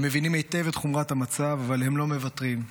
הם מבינים היטב את חומרת המצב, אבל הם לא מוותרים.